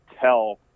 tell